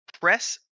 press